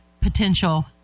potential